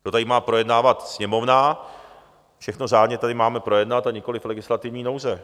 To tady má projednávat Sněmovna, všechno řádně tady máme projednat, a nikoliv legislativní nouze.